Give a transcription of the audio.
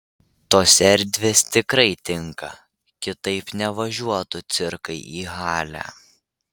tos erdvės tikrai tinka kitaip nevažiuotų cirkai į halę